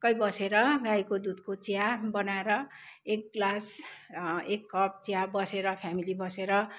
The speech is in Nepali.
बसेर गाईको दुधको चिया बनाएर एक ग्लास एक कप चिया बसेर फ्यामिली बसेर